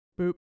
boop